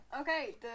Okay